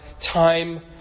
time